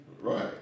Right